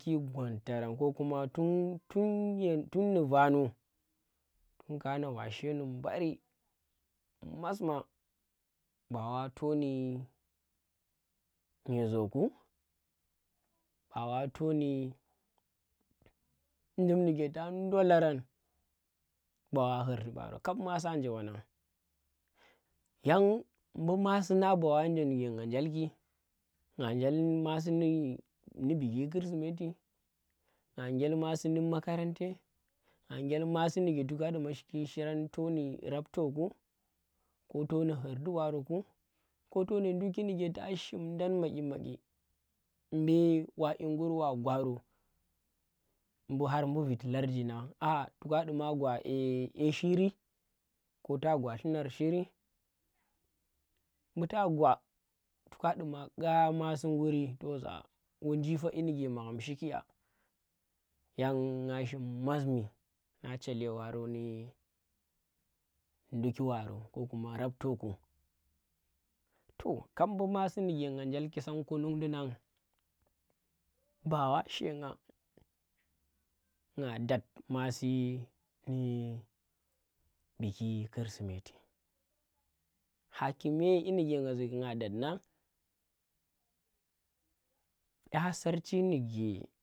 Ko kuma tu̱n tun yen tu̱n ndi vanu, tun kana wa shenu ɓari mas maa, ba wa to ndi nyezo ku, ba wa to ndi, njim ndi ke ta ndolarang, wa ghurti baro kab masa nje wan ngan. Yang mbu masi ngan ba anje ndike nga njelki, nga njel masi ndi ndi biki chrisimeti, nga njel masi ndi makarante, nga njel masi ndike to ka dumaki shirang to ndi rabto ku, ko to ndi ghurti baro ku, ko to ndi nduki ndike ta shim dang maghi maghi mbe wa kyi gurr ngur wa gwaro mbu har mbu viti larji nang aa to ka nduma gwa ƙye shiri, ko ta gwa lhunar shiri, mbu ta gwa to ka duma ƙa masi nguri to za wanji fa kyi ndike magham shiki ya, yang nga shim masmi nang chelle waro ndi ndukki waro kokuma rabtoku. To kap mbu masi ndike nga njel ki san kunung ndi nang ba wa shenga nga dat masi ndi biki chrisimeti. Ghaa kume kyi ndike ngazuki nga dat nang ƙya sarchi ndike.